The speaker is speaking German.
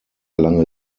lange